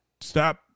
Stop